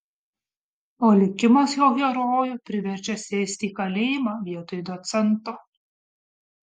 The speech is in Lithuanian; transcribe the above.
o likimas jo herojų priverčia sėsti į kalėjimą vietoj docento